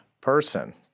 person